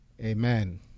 amen